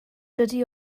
dydy